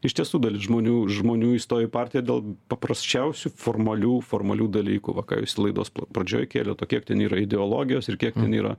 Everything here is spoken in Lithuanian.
iš tiesų dalis žmonių žmonių įstoja į partiją dėl paprasčiausių formalių formalių dalykų va ką visi laidos pradžioj kėlė to kiek ten yra ideologijos ir kiek yra